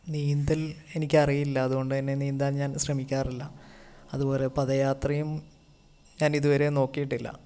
നീന്തൽ എനിക്കറിയില്ല അതുകൊണ്ടുതന്നെ നീന്താൻ ഞാൻ ശ്രമിക്കാറില്ല അതുപോലെ പദയാത്രയും ഞാനിതുവരെ നോക്കിയിട്ടില്ല